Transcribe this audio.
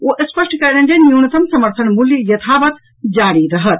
ओ स्पष्ट कयलनि जे न्यूनतम समर्थन मूल्य यथावत जारी रहत